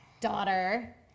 daughter